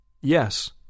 Yes